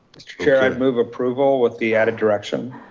mr chair, i'd move approval with the added direction.